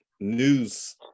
news